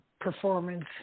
performance